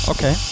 Okay